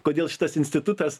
kodėl šitas institutas